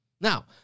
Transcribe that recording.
Now